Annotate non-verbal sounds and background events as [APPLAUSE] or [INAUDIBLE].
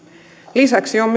lisäksi on [UNINTELLIGIBLE]